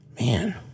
Man